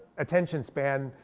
attention span.